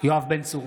יואב בן צור,